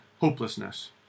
hopelessness